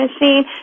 machine